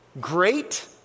Great